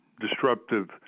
disruptive